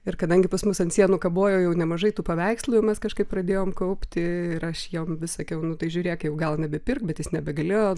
ir kadangi pas mus ant sienų kabojo jau nemažai tų paveikslų ir mes kažkaip pradėjome kaupti ir aš jam vis sakiau nu tai žiūrėk jau gal nebepirk bet jis nebegalėjo